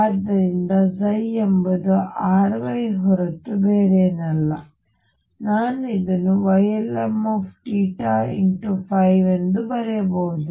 ಆದ್ದರಿಂದ ಎಂಬುದು R Y ಹೊರತು ಬೇರೇನಲ್ಲ ಮತ್ತು ನಾನು ಇದನ್ನು Ylmθϕ ಬರೆಯಬಹುದು